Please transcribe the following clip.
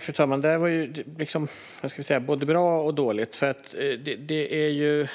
Fru talman! Det där var både bra och dåligt. Det